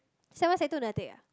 sec one sec two never take ah